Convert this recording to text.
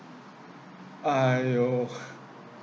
aiyo